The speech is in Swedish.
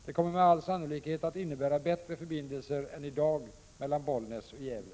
Det kommer med all sannolikhet att innebära bättre förbindelser än i dag mellan Bollnäs och Gävle.